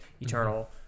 eternal